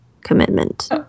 commitment